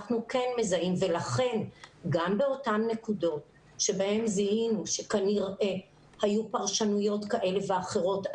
לכן גם באותן נקודות בהן זיהינו שכנראה היו פרשנויות כאלה ואחרות,